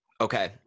Okay